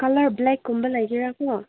colour ꯕ꯭ꯂꯦꯛꯀꯨꯝꯕ ꯂꯩꯒꯦꯔꯥꯀꯣ